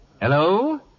Hello